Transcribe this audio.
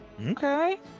Okay